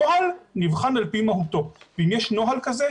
נוהל נבחן על פי מהותו ואם יש נוהל כזה,